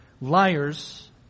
Liars